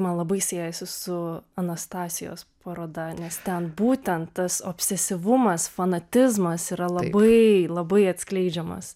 man labai siejasi su anastasijos paroda nes ten būtent tas obsesyvumas fanatizmas yra labai labai atskleidžiamas